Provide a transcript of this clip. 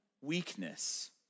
weakness